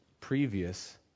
previous